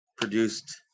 Produced